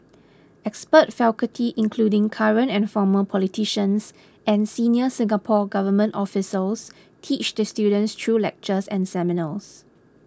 expert faculty including current and former politicians and senior Singapore Government officials teach the students through lectures and seminars